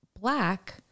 black